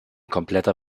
kompletter